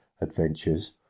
adventures